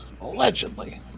Allegedly